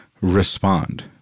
respond